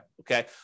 Okay